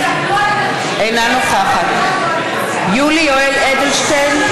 אינה נוכחת יולי יואל אדלשטיין,